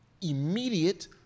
immediate